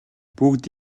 бүгд